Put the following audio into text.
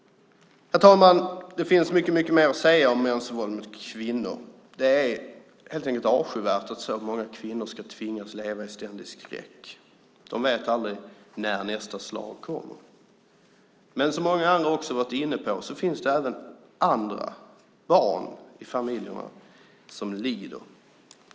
Herr talman! Det finns mycket mer att säga om mäns våld mot kvinnor. Det är helt enkelt avskyvärt att så många kvinnor ska tvingas leva i ständig skräck. De vet aldrig när nästa slag kommer. Som många andra har varit inne på finns det dock även andra, barn, i familjerna som lider.